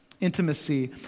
intimacy